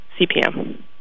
CPM